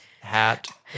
hat